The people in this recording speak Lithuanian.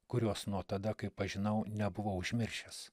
kurios nuo tada kai pažinau nebuvau užmiršęs